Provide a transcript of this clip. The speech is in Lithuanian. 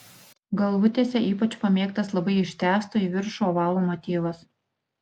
galvutėse ypač pamėgtas labai ištęsto į viršų ovalo motyvas